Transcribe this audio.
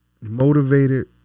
motivated